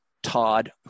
Todd